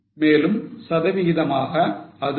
மேலும் சதவிகிதமாக இது 0